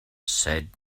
said